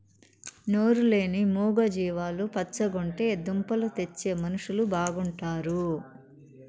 నోరు లేని మూగ జీవాలు పచ్చగుంటే దుంపలు తెచ్చే మనుషులు బాగుంటారు